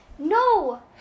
No